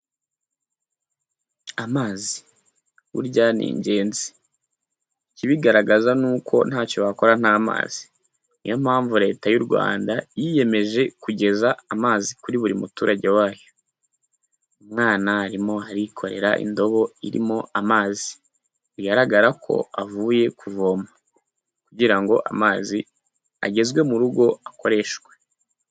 Amazi burya ni ingenzi; ikibigaragaza ni uko ntacyo wakora nta mazi. Ni yo mpamvu leta y'u Rwanda yiyemeje kugeza amazi kuri buri muturage wayo. Umwana arimo arikorera indobo irimo amazi. Bigaragara ko avuye kuvoma. Kugira ngo amazi agezwe mu rugo akoreshwe.